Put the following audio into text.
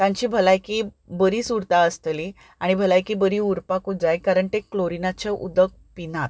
तांची भलायकी बरीच उरता आसतली आनी भलायकी बरी उरपाकूच जाय कारण ते क्लोरिनाचें उदक पिनात